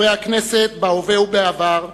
חברי הכנסת בהווה ובעבר,